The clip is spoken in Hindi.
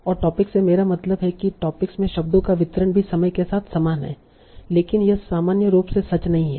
और टोपिक से मेरा मतलब है कि टोपिक में शब्दों का वितरण भी समय के साथ समान है लेकिन यह सामान्य रूप से सच नहीं है